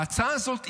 ההצעה הזאת הגיעה,